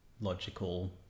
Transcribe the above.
logical